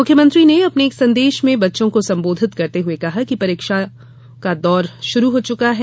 मुख्यमंत्री ने अपने एक संदेश में बच्चों को संबोधित करते हुए कहा कि परीक्षाओं का दौर शुरू हो चुका है